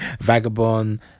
Vagabond